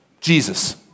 Jesus